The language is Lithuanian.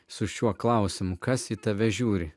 su šiuo klausimu kas į tave žiūri